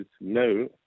no